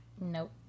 Nope